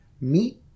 Meat